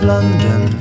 London